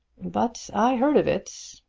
but i heard of it.